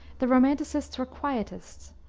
the romanticists were quietists,